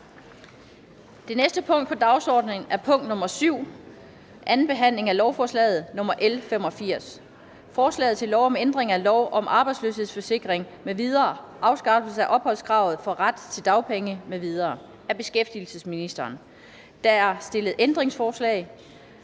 Det næste punkt på dagsordenen er: 7) 2. behandling af lovforslag nr. L 85: Forslag til lov om ændring af lov om arbejdsløshedsforsikring m.v. (Afskaffelse af opholdskrav for ret til dagpenge m.v.). Af beskæftigelsesministeren (Peter Hummelgaard).